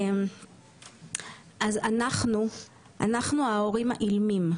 אנחנו ההורים האילמים.